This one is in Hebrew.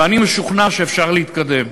ואני משוכנע שאפשר להתקדם.